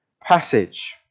passage